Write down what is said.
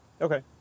Okay